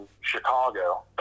Chicago